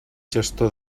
gestor